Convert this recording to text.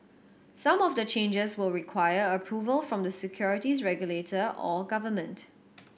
some of the changes will require approval from the securities regulator or government